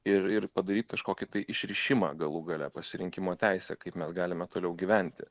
ir ir padaryt kažkokį tai išrišimą galų gale pasirinkimo teisę kaip mes galime toliau gyventi